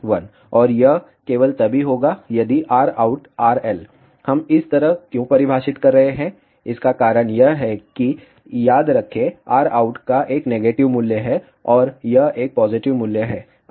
और यह केवल तभी होगा यदि RoutRL हम इस तरह क्यों परिभाषित कर रहे हैं इसका कारण यह है कि याद रखें Rout का एक नेगेटिव मूल्य है और यह एक पॉजिटिव मूल्य है